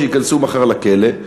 שייכנסו מחר לכלא,